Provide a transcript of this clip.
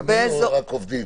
כל מי שצריך או רק עובדים?